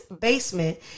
Basement